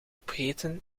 opgegeten